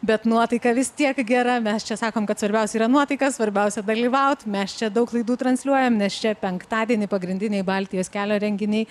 bet nuotaika vis tiek gera mes čia sakom kad svarbiausia yra nuotaika svarbiausia dalyvaut mes čia daug laidų transliuojam nes čia penktadienį pagrindiniai baltijos kelio renginiai